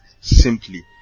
simply